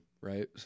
right